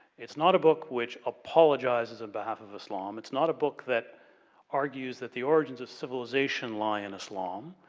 it's not a book which apologizes on behalf of islam. it's not a book that argues that the origins of civilization lie in islam,